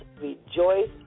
rejoice